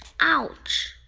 Ouch